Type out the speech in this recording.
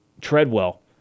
Treadwell